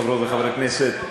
חברות וחברי הכנסת,